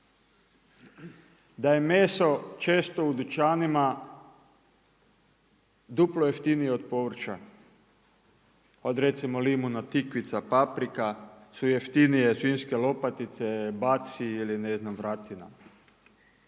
Da je meso često u dućanima duplo jeftinije od povrća, od recimo limuna, tikvica, paprika, su jeftinije svinjske lopatice, batci ili ne znam vratina.